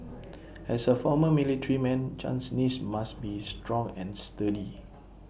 as A former military man Chan's knees must be strong and sturdy